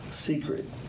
Secret